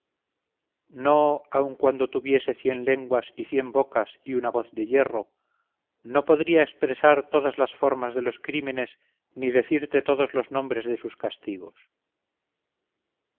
no aun cuando tuviese cien lenguas y cien bocas y una voz de hierro no podría expresar todas las formas de los crímenes ni decirte todos los nombres de sus castigos